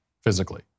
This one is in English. physically